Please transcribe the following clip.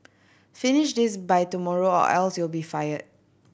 finish this by tomorrow or else you'll be fired